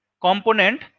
component